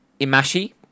Imashi